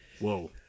Whoa